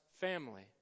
family